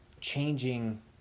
changing